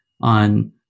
on